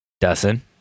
Dustin